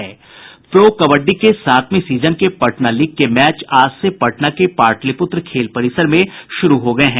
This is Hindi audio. प्रो कबड्डी के सातवें सीजन के पटना लीग के मैच आज से पटना के पाटलिप्त्र खेल परिसर में शुरू हो गये हैं